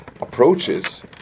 approaches